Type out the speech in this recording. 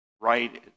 right